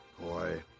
Boy